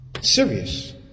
Serious